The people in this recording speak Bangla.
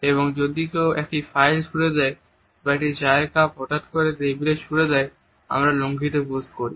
এবং যদি কেউ একটি ফাইল ছুঁড়ে দেয় বা একটি চায়ের কাপ হঠাৎ করে টেবিল জুড়ে ঠেলে দেয় আমরা লঙ্ঘিত বোধ করি